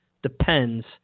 depends